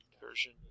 version